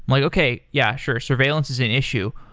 like okay. yeah, sure. surveillance is an issue.